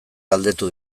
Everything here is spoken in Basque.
galdetu